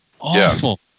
Awful